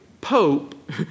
Pope